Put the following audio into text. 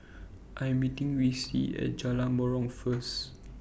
I Am meeting Reece At Jalan Menarong First